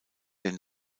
den